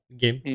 game